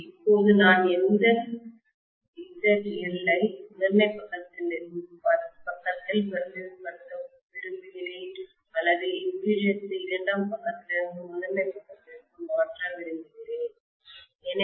இப்போது நான் இந்த ZL ஐ முதன்மை பக்கத்தில் பிரதிநிதித்துவப்படுத்த விரும்புகிறேன் அல்லது இம்பிடிடன்ஸ் ஐ இரண்டாம் பக்கத்திலிருந்து முதன்மை பக்கத்திற்கு மாற்ற விரும்புகிறேன்